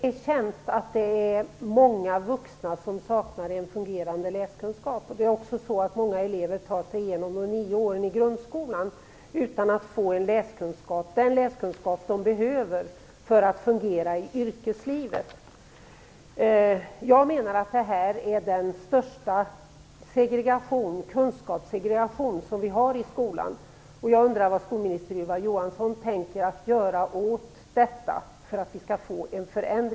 Fru talman! Jag vill ställa en fråga till skolminister Ylva Johansson. Det är känt att det finns många vuxna som saknar fungerande läskunskap. Många elever tar sig också igenom de nio åren i grundskolan utan att erhålla den läskunskap som de behöver för att fungera i sitt yrkesliv. Detta är den största segregation som vi har i skolan, en kunskapssegregation. Vad tänker skolminister